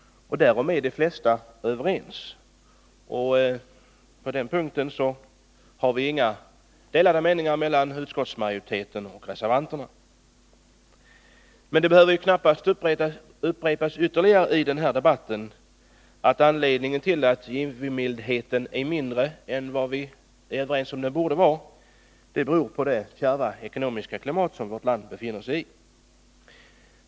Därom är de flesta överens. På den punkten råder inga delade meningar mellan utskottsmajoriteten och reservanterna. Men det behöver knappast upprepas ytterligare i den här debatten att anledningen till att givmildheten är mindre än vad vi är överens om att den borde vara är det kärva ekonomiska klimatet i vårt land.